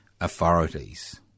authorities